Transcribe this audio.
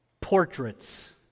portraits